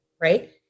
Right